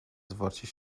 zwarcie